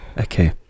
Okay